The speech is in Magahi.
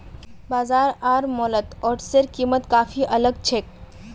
बाजार आर मॉलत ओट्सेर कीमत काफी अलग छेक